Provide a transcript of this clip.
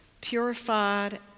purified